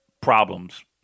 problems